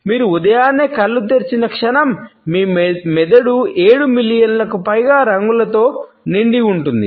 మీరు ఉదయాన్నే కళ్ళు తెరిచిన క్షణం మీ మెదడు ఏడు మిలియన్లకు పైగా రంగులతో నిండి ఉంటుంది